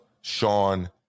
Sean